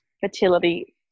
fertility